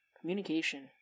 Communication